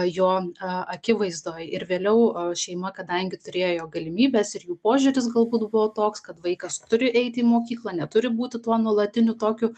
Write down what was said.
jo akivaizdoj ir vėliau šeima kadangi turėjo galimybes ir jų požiūris galbūt buvo toks kad vaikas turi eiti į mokyklą neturi būti tuo nuolatiniu tokiu